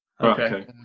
Okay